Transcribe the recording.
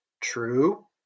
True